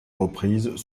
reprises